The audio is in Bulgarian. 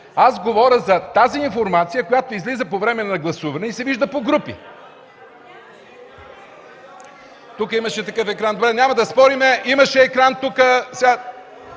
Аз говоря за тази информация, която излиза по време на гласуване, вижда се